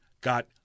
got